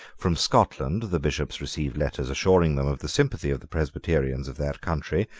from scotland the bishops received letters assuring them of the sympathy of the presbyterians of that country,